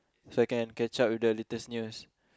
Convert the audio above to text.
so I can catch up with the latest news